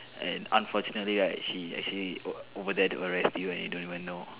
and unfortunately right she actually over there to arrest you and you don't even know